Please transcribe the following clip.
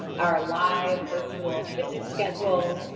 our live virtual fitness schedules.